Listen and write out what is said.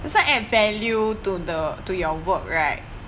doesn't add value to the to your work right